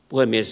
puhemies